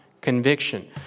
Conviction